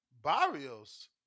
Barrios